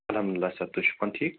اَلحمدُلِلہ sir تُہۍ چھِو پانہٕ ٹھیٖک